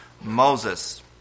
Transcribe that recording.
Moses